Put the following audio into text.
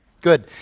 Good